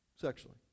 sexually